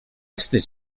wstydź